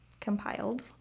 compiled